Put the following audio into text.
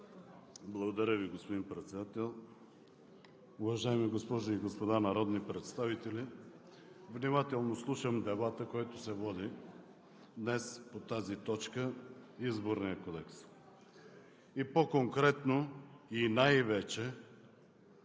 Благодаря Ви, господин Председател. Уважаеми госпожи и господа народни представители! Внимателно слушам дебата, който се води днес, по тази точка – Изборния кодекс, и по-конкретно и най-вече